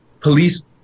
police